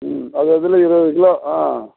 ம் அது அதில் இருபது கிலோ ஆ